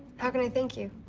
how can i thank you?